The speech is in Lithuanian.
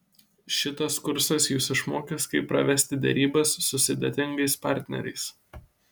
šitas kursas jus išmokys kaip pravesti derybas su sudėtingais partneriais